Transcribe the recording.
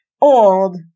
old